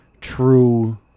true